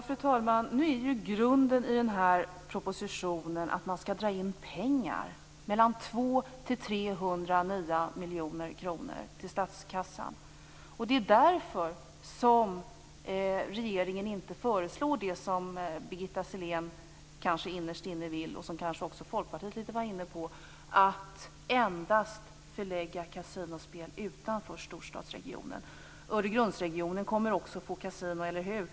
Fru talman! Nu är ju grunden i den här propositionen att man skall dra in pengar, mellan 200 och 300 nya miljoner kronor till statskassan. Det är därför regeringen inte föreslår det som Birgitta Sellén kanske innerst inne vill, och som kanske också Folkpartiet var inne lite på, att endast förlägga kasinospel utanför storstadsregionen. Öregrundsregionen kommer också att få kasino, eller hur?